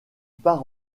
part